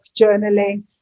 journaling